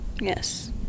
Yes